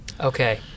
Okay